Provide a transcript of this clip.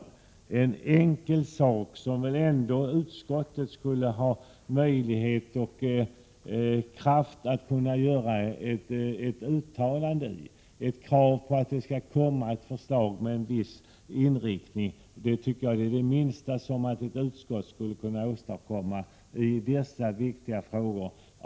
Detta är en enkel fråga som utskottet skulle ha möjlighet och kraft att göra ett uttalande om med krav på att förslag med en viss inriktning skall läggas fram. Det är det minsta ett utskott skulle kunna åstadkomma i denna viktiga fråga.